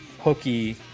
hooky